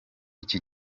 iki